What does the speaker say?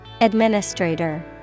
Administrator